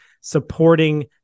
supporting